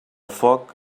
foc